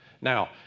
Now